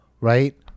right